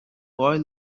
boy